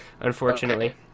unfortunately